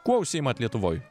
kuo užsiimat lietuvoj